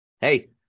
Hey